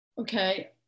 Okay